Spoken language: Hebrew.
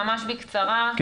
ממה בקצרה,